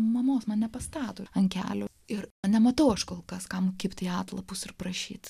mamos mane pastato ant kelio ir nematau aš kol kas kam kibti į atlapus ir prašyti